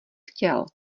chtěl